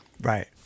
Right